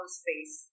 space